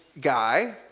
guy